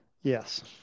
Yes